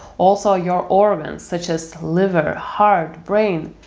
also, your organs, such as liver, heart, brain.